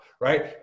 right